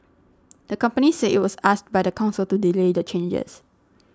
the company said it was asked by the council to delay the changes